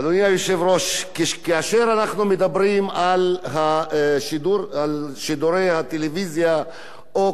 כאשר אנחנו מדברים על שידורי הטלוויזיה או כל שידור ממלכתי,